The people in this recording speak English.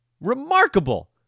Remarkable